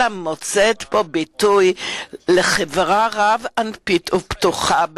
אלא מוצאת ביטוי לחברה רב-אנפית ופתוחה.